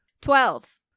Twelve